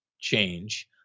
change